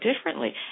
differently